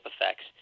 effects